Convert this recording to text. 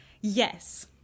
Yes